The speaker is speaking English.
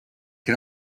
can